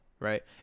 Right